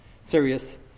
serious